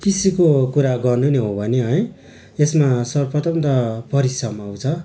कृषिको कुरा गर्ने नै हो भने है यसमा सर्वप्रथम त परिश्रम आउँछ